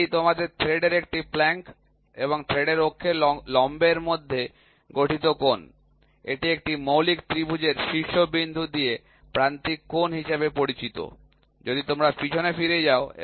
এটি তোমাদের থ্রেডের একটি প্লাঙ্ক এবং থ্রেডের অক্ষের লম্বের মধ্যে গঠিত কোণ এটি একটি মৌলিক ত্রিভুজের শীর্ষবিন্দু দিয়ে প্রান্তিক কোণ হিসাবে পরিচিত যদি তোমরা পিছনে যাও এবং দেখ আলফাটি ফ্ল্যাঙ্ক কোণ